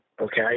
Okay